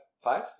Five